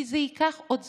כי זה ייקח עוד זמן.